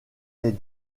est